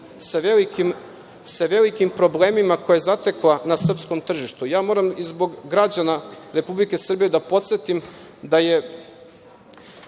sa velikim problemima koje je zatekla na srpskom tržištu. Moram i zbog građana Republike Srbije da podsetim da je